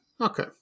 Okay